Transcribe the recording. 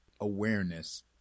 awareness